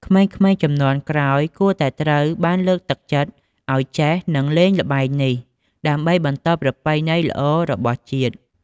ក្មេងៗជំនាន់ក្រោយគួរតែត្រូវបានលើកទឹកចិត្តឱ្យចេះ និងលេងល្បែងនេះ ដើម្បីបន្តប្រពៃណីល្អរបស់ជាតិ។